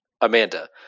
Amanda